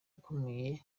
ukomeye